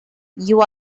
you